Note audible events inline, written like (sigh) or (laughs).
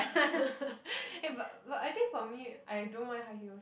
(laughs) eh but but I think for me I don't mind high heels